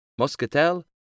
Moscatel